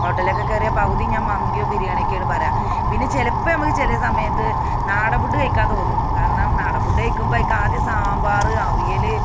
ഹോട്ടലൊക്കെ കയറിയാൽ പകുതിയും ഞാൻ മന്തിയോ ബിരിയാണിയൊക്കെയാണ് പറയുക പിന്നെ ചിലപ്പം നമുക്ക് ചില സമയത്ത് നാടൻ ഫുഡ് കഴിക്കാൻ തോന്നും കാരണം നാടൻ ഫുഡ് കഴിക്കുമ്പോഴേക്കും ആദ്യം സാമ്പാർ അവിയൽ